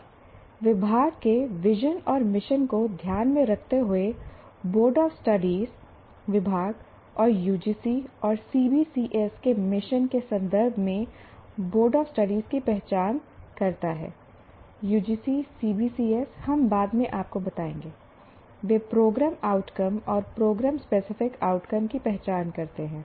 और विभाग के विजन और मिशन को ध्यान में रखते हुए बोर्ड ऑफ स्टडीज विभाग और UGC और CBCS के मिशन के संदर्भ में बोर्ड ऑफ स्टडीज की पहचान करता है UGC CBCS हम बाद में आपको बताएंगे वे प्रोग्राम आउटकम और प्रोग्राम स्पेसिफिक आउटकम की पहचान करते हैं